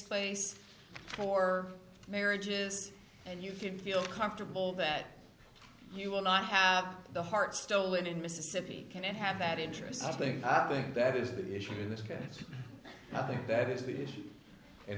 place for marriages and you can feel comfortable that you will not have the heart stolen in mississippi can it have that interesting i think that is the issue in this case i think that is the issue